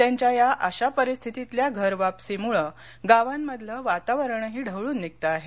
त्यांच्या या अशा परिस्थितील्या घरवापसीमुळं गावांमधलं वातावरणही ढवळून निघतं आहे